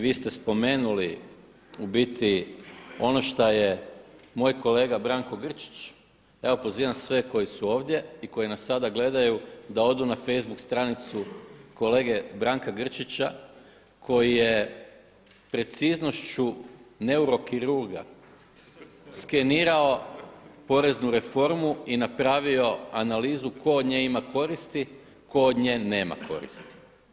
Vi ste spomenuli u biti ono što je moj kolega Branko Grčić, evo pozivam sve koji su ovdje i koji nas sada gledaju da odu na facebook stranicu kolege Branka Grčića koji je preciznošću neurokirurga skenirao poreznu reformu i napravio analizu tko od nje ima koristi, tko od nje nema koristi.